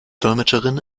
dolmetscherin